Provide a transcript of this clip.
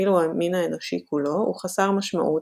אפילו המין האנושי כולו הוא חסר משמעות,